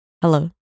Hello